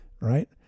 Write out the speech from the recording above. right